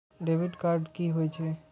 Debit card की होय छे?